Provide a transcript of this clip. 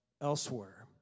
elsewhere